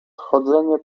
chodzenie